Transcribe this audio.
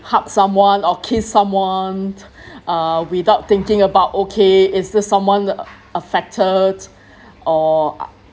hug someone or kiss someone uh without thinking about okay it's this someone a~ affected or